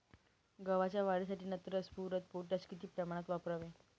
गव्हाच्या वाढीसाठी नत्र, स्फुरद, पोटॅश किती प्रमाणात वापरावे?